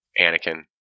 Anakin